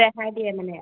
ৰেহাই দিয়ে মানে